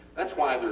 thats why theyre